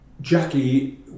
Jackie